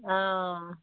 ହଁ